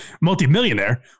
multimillionaire